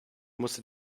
musste